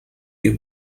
che